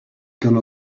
gonna